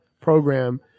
program